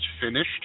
finished